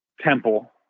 Temple